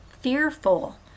fearful